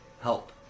help